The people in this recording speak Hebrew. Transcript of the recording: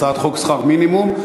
הצעת חוק שכר מינימום.